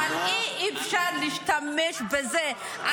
אבל אי-אפשר להשתמש בזה.